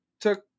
took